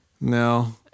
no